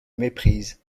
méprise